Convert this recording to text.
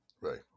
Right